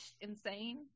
insane